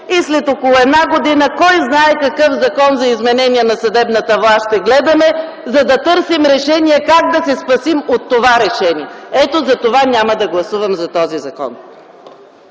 След около една година кой знае какъв закон за изменение на съдебната власт ще гледаме, за да търсим решение как да се спасим от това решение! Ето затова няма да гласувам „за” този